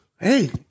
Hey